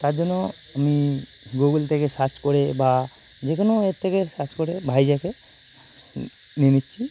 তার জন্য আমি গুগ্ল থেকে সার্চ করে বা যে কোনও ওয়েব থেকে সার্চ করে ভাইজ্যাগে নিয়ে নিচ্ছি